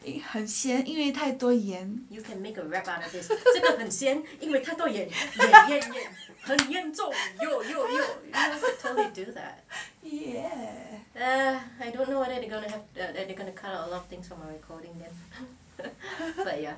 right 很咸因为太多盐